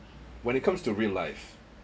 when it comes to real life